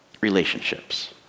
relationships